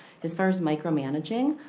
as far as micromanaging,